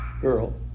girl